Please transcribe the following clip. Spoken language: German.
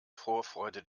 vorfreude